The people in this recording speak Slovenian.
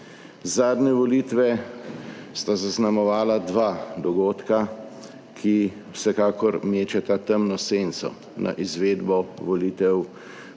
Zadnje volitve sta zaznamovala dva dogodka, ki vsekakor mečeta temno senco na izvedbo volitev